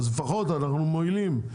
אז אנחנו מייעלים,